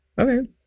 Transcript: Okay